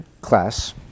class